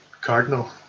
cardinal